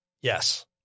Yes